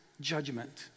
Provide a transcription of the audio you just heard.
judgment